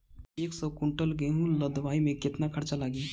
एक सौ कुंटल गेहूं लदवाई में केतना खर्चा लागी?